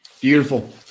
Beautiful